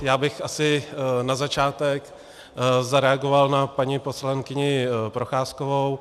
Já bych asi na začátek zareagoval na paní poslankyni Procházkovou.